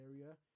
area